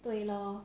对咯